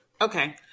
Okay